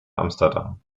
amsterdam